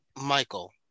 Michael